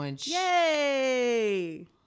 Yay